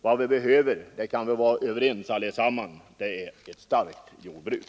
Vad vi behöver — det kan vi väl alla vara överens om — är ett starkt jordbruk.